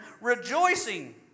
rejoicing